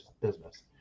business